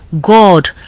God